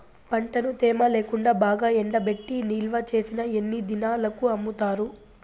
పంటను తేమ లేకుండా బాగా ఎండబెట్టి నిల్వచేసిన ఎన్ని దినాలకు అమ్ముతారు?